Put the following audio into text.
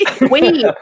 Wait